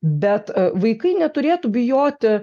bet vaikai neturėtų bijoti